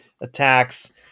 attacks